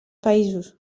països